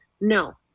No